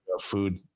Food